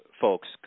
folks